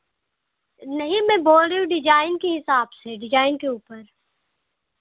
नहीं मैं बोल रही हूँ डिजाइन के हिसाब से डिजाइन के ऊपर